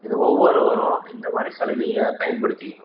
இது ஒவ்வொருவரும் இந்த மாதிரி சலுகையை பயன்படுத்திக்கணும்